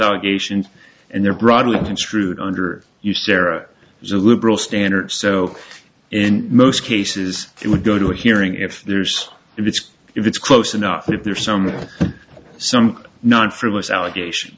allegations and there broadly construed under userra as a liberal standard so in most cases it would go to a hearing if there's if it's if it's close enough if there are some some not frivolous allegation